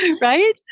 Right